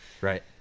right